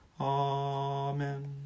Amen